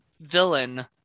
villain